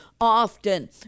often